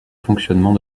fonctionnement